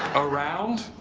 around?